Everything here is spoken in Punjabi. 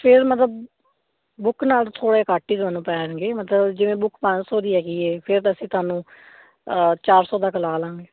ਫੇਰ ਮਤਲਬ ਬੁੱਕ ਨਾਲ ਥੋੜੇ ਘੱਟ ਹੀ ਤੁਹਾਨੂੰ ਪੈਣਗੇ ਮਤਲਬ ਜਿਵੇਂ ਬੁੱਕ ਪੰਜ ਸੌ ਦੀ ਹੈਗੀ ਹੈ ਫਿਰ ਅਸੀਂ ਤੁਹਾਨੂੰ ਚਾਰ ਸੌ ਤੱਕ ਲਾ ਲਾਂਗੇ